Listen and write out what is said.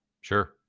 Sure